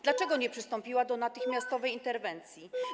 Dlaczego nie przystąpiła do natychmiastowej interwencji?